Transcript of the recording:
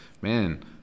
Man